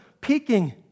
peaking